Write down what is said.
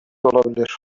olabilir